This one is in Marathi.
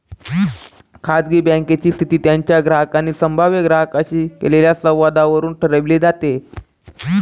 खाजगी बँकेची स्थिती त्यांच्या ग्राहकांनी संभाव्य ग्राहकांशी केलेल्या संवादावरून ठरवली जाते